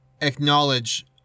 acknowledge